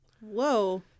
Whoa